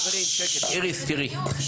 איריס, יש לי בקשה אליך.